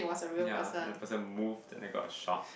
ya and the person move then I got shocked